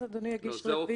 ואז אדוני יגיש רביזיה.